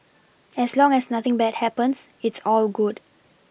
as long as nothing bad happens it's all good